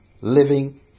living